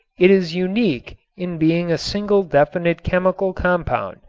it is unique in being a single definite chemical compound,